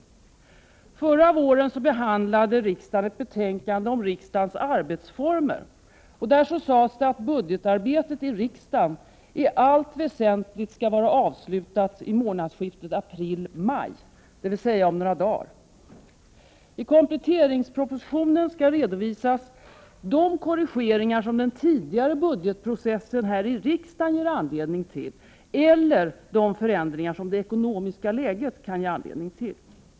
Förra våren behandlade riksdagen ett betänkande om riksdagens arbetsformer. Då sades det att budgetarbetet i riksdagen i allt väsentligt skall vara avslutat i månadsskiftet april/maj, dvs. om några dagar. I kompletteringspropositionen skall redovisas de korrigeringar som den tidigare budgetprocessen i riksdagen har givit anledning till eller de förändringar som det ekonomiska läget kan ge anledning till.